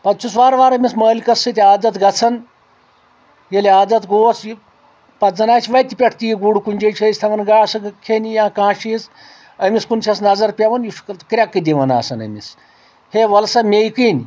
پتہٕ چھُس وارٕ وارٕ أمِس مٲلکس سۭتۍ عادت گژھان ییٚلہِ عادت گوٚوس یہِ پتہٕ زن آسہِ وتہِ پٮ۪ٹھ تہِ یہِ گُر کُنہِ جایہِ چھِ أسۍ تھاوان گاسہٕ کھیٚنہِ یا کانٛہہ چیٖز أمِس کُن چھس نظر پٮ۪وان یہِ چھُ کرٛیکہٕ دِوان آسان أمِس ہے وۄل سا میٚیہِ کِنۍ